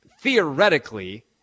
theoretically